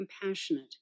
compassionate